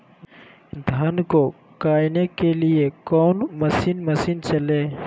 धन को कायने के लिए कौन मसीन मशीन चले?